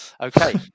Okay